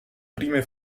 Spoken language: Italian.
prime